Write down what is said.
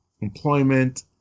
employment